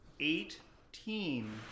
Eighteen